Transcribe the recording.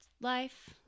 life